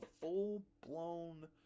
full-blown